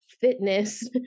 fitness